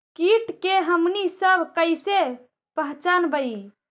किट के हमनी सब कईसे पहचनबई?